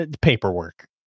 Paperwork